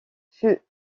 fut